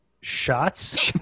shots